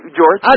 George